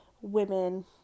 women